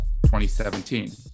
2017